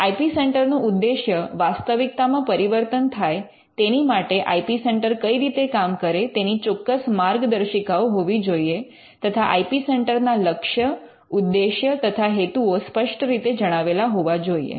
I P centre નો ઉદ્દેશ્ય વાસ્તવિકતામાં પરિવર્તન થાય તેની માટે આઇ પી સેન્ટર કઈ રીતે કામ કરે તેની ચોક્કસ માર્ગદર્શિકાઓ હોવી જોઈએ તથા આઇ પી સેન્ટર ના લક્ષ્ય ઉદ્દેશ્ય તથા હેતુઓ સ્પષ્ટ રીતે જણાવેલા હોવા જોઈએ